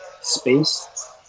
space